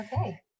Okay